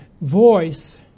voice